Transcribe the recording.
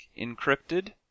encrypted